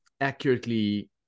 accurately